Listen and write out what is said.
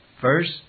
First